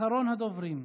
אחרון הדוברים.